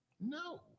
No